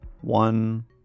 one